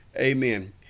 Amen